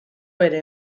ere